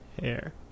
hair